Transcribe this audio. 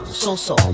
so-so